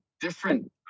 different